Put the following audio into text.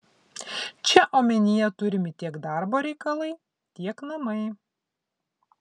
čia omenyje turimi tiek darbo reikalai tiek namai